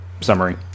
summary